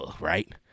right